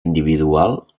individual